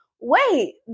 wait